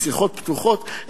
בשיחות פתוחות,